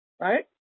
right